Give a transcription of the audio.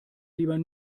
lieber